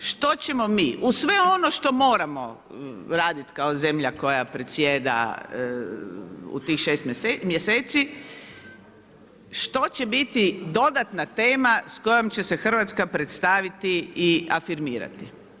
Što ćemo mi, uz sve ono što moramo radit kao zemlja koja predsjeda u tih 6 mjeseci, što će biti dodatna tema s kojom će se Hrvatska predstaviti i afirmirati.